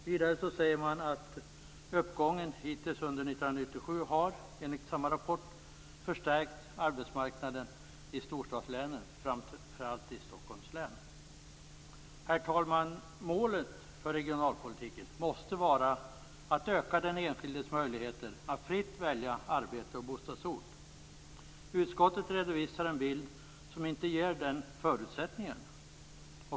Vidare säger man att uppgången hittills under 1997 har, enligt samma rapport, förstärkt arbetsmarknaden i storstadslänen, framför allt i Stockholms län. Herr talman! Målet för regionalpolitiken måste vara att öka den enskildes möjligheter att fritt välja arbete och bostadsort. Utskottet redovisar en bild som inte ger den förutsättningen.